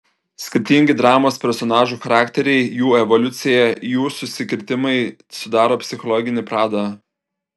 skirtingi dramos personažų charakteriai jų evoliucija jų susikirtimai sudaro psichologinį pradą